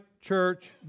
church